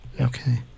Okay